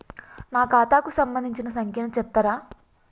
నా ఖాతా కు సంబంధించిన సంఖ్య ను చెప్తరా?